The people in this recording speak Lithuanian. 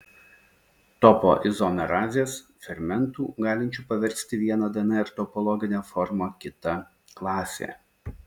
topoizomerazės fermentų galinčių paversti vieną dnr topologinę formą kita klasė